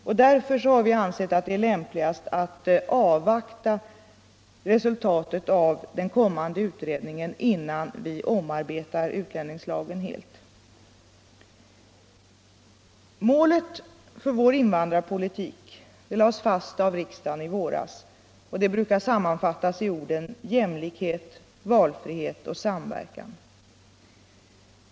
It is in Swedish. Vi har därför ansett det lämpligast att avvakta resultaten av en kommande utredning innan vi helt omarbetar utlänningslagen. Målet för vår invandrarpolitik, som lades fast av riksdagen i våras, brukar sammanfattas i orden ”jämlikhet, valfrihet, samverkan”.